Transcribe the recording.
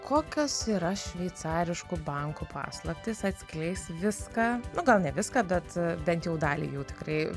kokios yra šveicariškų bankų paslaptys atskleis viską o gal ne viską bet bent jau dalį jų tikrai